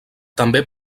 també